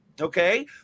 okay